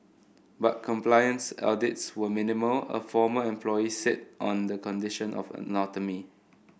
but compliance audits were minimal a former employee said on the condition of anonymity